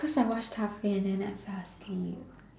coz I watched halfway and then I fell asleep